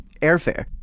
airfare